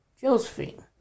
Josephine